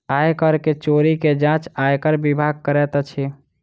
आय कर के चोरी के जांच आयकर विभाग करैत अछि